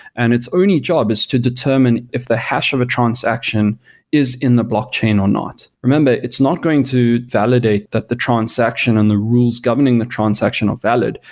and its only job is to determine if the hash of a transaction is in the blockchain or not. remember, it's not going to validate that the transaction and the rules governing the transaction are valid.